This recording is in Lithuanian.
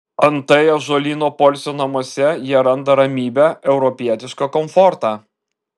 antai ąžuolyno poilsio namuose jie randa ramybę europietišką komfortą